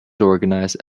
organized